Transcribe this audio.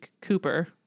Cooper